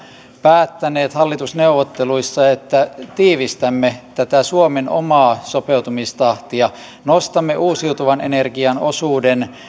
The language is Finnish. päättäneet hallitusneuvotteluissa että tiivistämme tätä suomen omaa sopeutumistahtia nostamme uusiutuvan energian osuuden